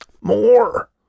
More